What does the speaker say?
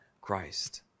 Christ